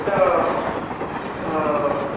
ओ हँ